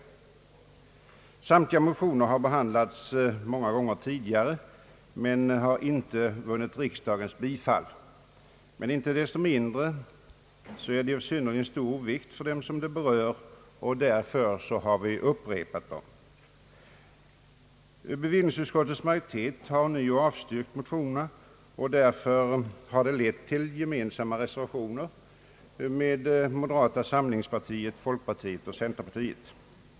Motionsyrkanden av samma innebörd har behandlats många gånger tidigare, men motionerna har inte vunnit riksdagens bifall. Inte desto mindre är förslagen i motionerna av synnerligen stor vikt för dem det berör, och därför har vi återkommit i dessa frågor. ånyo avstyrkt motionerna, och det har lett till gemensamma reservationer av representanter för moderata samlingspartiet, folkpartiet och centerpartiet.